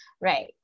Right